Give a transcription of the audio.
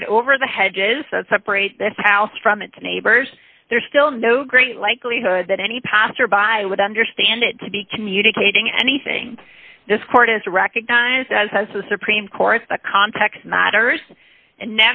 get over the hedges that separates this house from its neighbors there's still no great likelihood that any passer by would understand it to be communicating anything this court is recognised as has the supreme court the context matters and